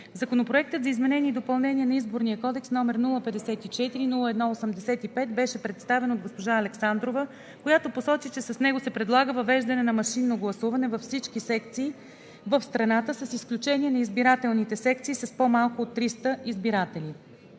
Законопроектът за изменение и допълнение на Изборния кодекс, № 054-01-85, беше представен от госпожа Александрова, която посочи, че с него се предлага въвеждане на машинно гласуване във всички секции в страната, с изключение на избирателните секции с по-малко от 300 избиратели,